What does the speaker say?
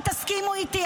שתסכימו איתי,